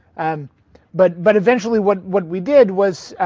and but but eventually what what we did was,